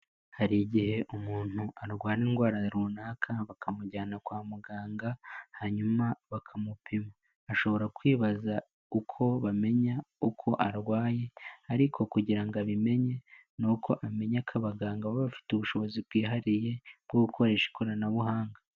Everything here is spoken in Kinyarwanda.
Hari igihe umuntu arwara indwara runaka bakamujyana kwa muganga, hanyuma bakamupima. Ashobora kwibaza uko bamenya uko arwaye, ariko kugira ngo abimenye ni uko amenya ko abaganga baba bafite ubushobozi bwihariye, bwo gukoresha ikoranabuhanga.